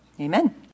Amen